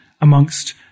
amongst